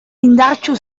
indartsu